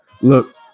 look